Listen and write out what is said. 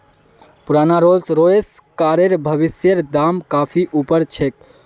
पुराना Rolls Royce कारेर भविष्येर दाम काफी ऊपर छे